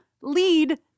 lead